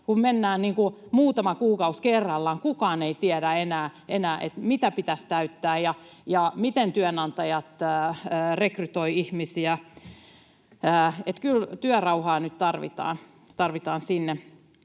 kuin muutama kuukausi kerrallaan. Kukaan ei tiedä enää, mitä pitäisi täyttää ja miten työnantajat rekrytoivat ihmisiä. Kyllä työrauhaa nyt tarvitaan sinne.